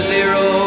Zero